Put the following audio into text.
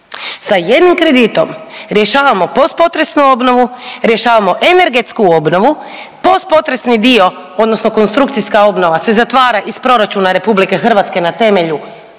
sa jednim kreditom rješavamo postpotresnu obnovu, rješavamo energetsku obnovu, postpotresni dio odnosno konstrukcijska obnova se zatvara iz proračuna RH na temelju